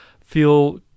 feel